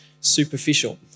superficial